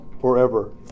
forever